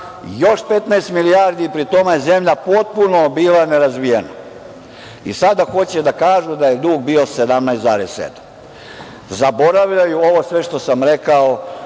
još 15 milijardi i pri tome je zemlja bila potpuno nerazvijena. Sada hoće da kažu da je dug bio 17,7. Zaboravljaju sve ovo što sam rekao